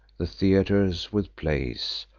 the theaters with plays.